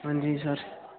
हां जी सर